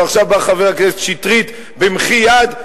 ועכשיו בא חבר הכנסת שטרית במחי יד,